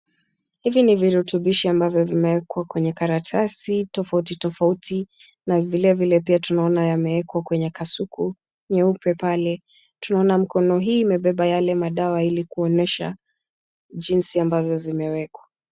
Hivi ni virutubishi ambavyo vimewekwa kwenye karatasi tofauti tofauti na vile vile pia tunaona yamewekwa kwenye kasuku nyeupe pale. Tunaona mkono hii imebeba madawa yale, kuonyesha jinzi ambavyo vimewekwa.